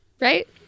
Right